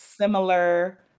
similar